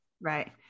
Right